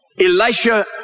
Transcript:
Elisha